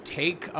take